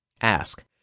Ask